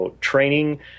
training